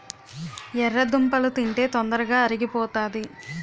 ఎర్రదుంపలు తింటే తొందరగా అరిగిపోతాది